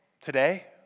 today